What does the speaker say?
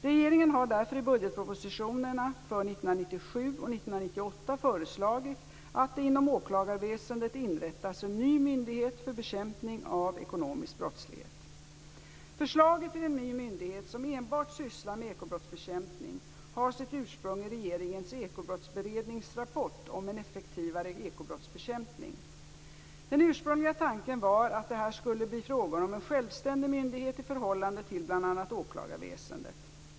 Regeringen har därför i budgetpropositionerna för 1997 och 1998 föreslagit att det inom åklagarväsendet inrättas en ny myndighet för bekämpning av ekonomisk brottslighet. Förslaget till en ny myndighet som enbart sysslar med ekobrottsbekämpning har sitt ursprung i regeringens ekobrottsberednings rapport om en effektivare ekobrottsbekämpning. Den ursprungliga tanken var att det här skulle bli fråga om en självständig myndighet i förhållande till bl.a. åklagarväsendet.